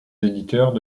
éditeurs